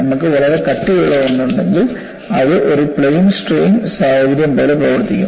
നമുക്ക് വളരെ കട്ടിയുള്ള ഒന്ന് ഉണ്ടെങ്കിൽ അത് ഒരു പ്ലെയിൻ സ്ട്രെയിൻ സാഹചര്യം പോലെ പ്രവർത്തിക്കും